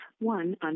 one